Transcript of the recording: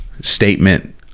statement